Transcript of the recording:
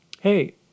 hey